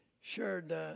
shared